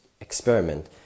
experiment